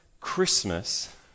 Christmas